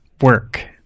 work